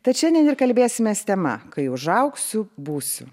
tad šiandien ir kalbėsimės tema kai užaugsiu būsiu